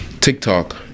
tiktok